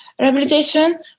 rehabilitation